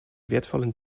wertvollen